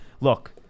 Look